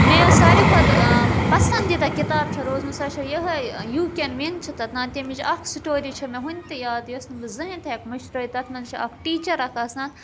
مےٚ یۄس ساروی کھۄتہٕ پَسَنٛدیٖدہ کِتاب چھِ روزمٕژ سَہ چھِ یِہے یوٗ کٮ۪ن وِن چھِ تَتھ ناو تمِچ اَکھ سٹوری چھے مےٚ وُنہِ تہِ یاد یۄس نہٕ بہٕ زٕہٕنۍ تہِ ہٮ۪کہٕ مٔشرٲیِتھ تَتھ منٛز چھِ اَکھ ٹیٖچَر اَکھ آسان